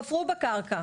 חפרו בקרקע.